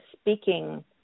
speaking